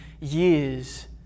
years